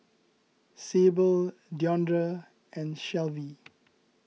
Sable Deondre and Shelvie